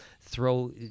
throw